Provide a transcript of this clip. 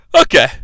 Okay